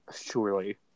Surely